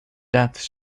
deaths